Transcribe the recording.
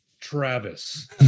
Travis